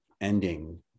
ending